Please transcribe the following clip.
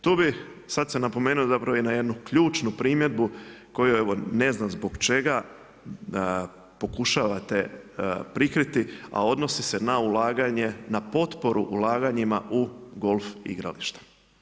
Tu bih, sad sam napomenuo zapravo i na jednu ključnu primjedbu koju evo ne znam zbog čega pokušavate prikriti, a odnosi se na ulaganje, na potporu ulaganjima u golf igrališta.